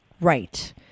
Right